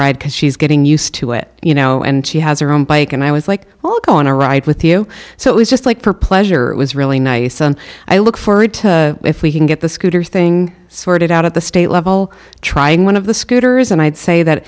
ride because she's getting used to it you know and she has her own bike and i was like oh go on a ride with you so it was just like for pleasure it was really nice and i look forward to if we can get the scooters thing sorted out at the state level trying one of the scooters and i'd say